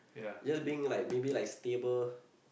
just being like maybe like stable